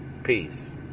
peace